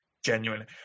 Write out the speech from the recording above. Genuinely